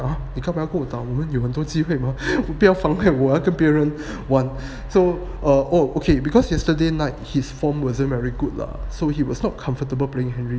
ah 我就你干吗要跟我打我们有很多机会吗不要防碍我跟别人 one so ah okay because yesterday night his form wasn't very good lah so he was not comfortable playing henry